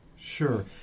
Sure